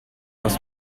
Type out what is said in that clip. aus